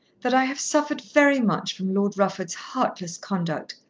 that i have suffered very much from lord rufford's heartless conduct.